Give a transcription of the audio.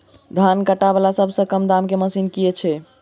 धान काटा वला सबसँ कम दाम केँ मशीन केँ छैय?